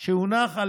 שהונח,